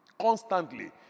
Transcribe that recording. constantly